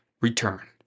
return